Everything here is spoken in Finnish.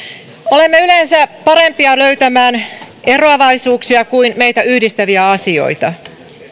olemme yleensä parempia löytämään eroavaisuuksia kuin meitä yhdistäviä asioita